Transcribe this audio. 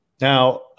Now